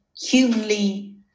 humanly